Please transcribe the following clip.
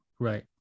Right